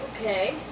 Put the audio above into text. Okay